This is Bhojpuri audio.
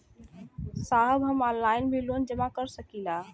साहब हम ऑनलाइन भी लोन जमा कर सकीला?